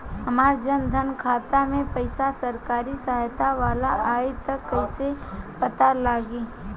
हमार जन धन खाता मे पईसा सरकारी सहायता वाला आई त कइसे पता लागी?